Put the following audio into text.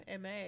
MA